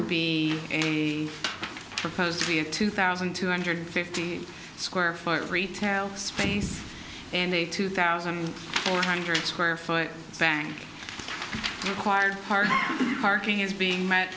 to be proposed to be a two thousand two hundred fifty square foot retail space and a two thousand four hundred square foot bank acquired car parking is being met